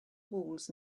walls